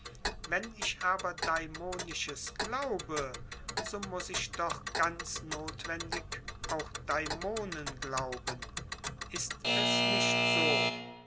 wenn ich aber daimonisches glaube so muß ich doch ganz notwendig auch daimonen glauben ist es nicht so